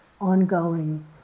ongoing